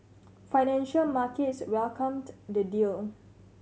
financial markets welcomed the deal